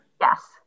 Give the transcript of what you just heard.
Yes